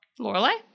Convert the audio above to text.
Lorelai